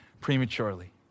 prematurely